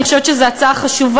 אני חושבת שזאת הצעה חשובה,